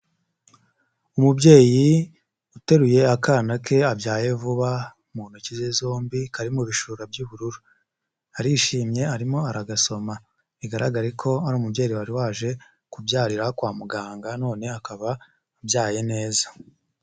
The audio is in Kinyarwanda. Umubyeyi uteruye akana ke abyaye vuba, mu ntoki ze zombi karimo ibishura by'ubururu, arishimye arimo aragasoma, bigaragare ko ari umubyeyi wari waje kubyarira kwa muganga none akaba abyaye neza.